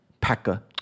Packer